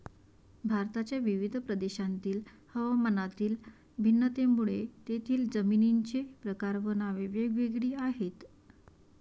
भारताच्या विविध प्रदेशांतील हवामानातील भिन्नतेमुळे तेथील जमिनींचे प्रकार व नावे वेगवेगळी आहेत